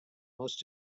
most